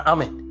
Amen